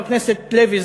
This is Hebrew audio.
חבר הכנסת לוי,